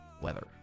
weather